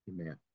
Amen